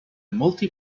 multi